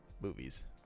movies